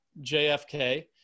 JFK